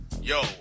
Yo